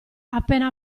appena